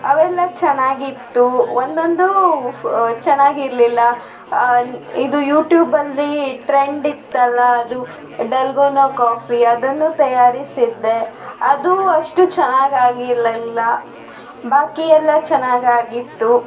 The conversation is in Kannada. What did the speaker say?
ಅವೆಲ್ಲ ಚೆನ್ನಾಗಿತ್ತು ಒಂದೊಂದು ಫ್ ಚೆನ್ನಾಗಿರ್ಲಿಲ್ಲ ಇದು ಯೂಟ್ಯೂಬಲ್ಲಿ ಟ್ರೆಂಡ್ ಇತ್ತಲ್ಲಾ ಅದು ಡಲ್ಗೋನೊ ಕಾಫಿ ಅದನ್ನು ತಯಾರಿಸಿದ್ದೆ ಅದು ಅಷ್ಟು ಚೆನ್ನಾಗಿ ಆಗಿರಲಿಲ್ಲ ಬಾಕಿ ಎಲ್ಲ ಚೆನ್ನಾಗಿ ಆಗಿತ್ತು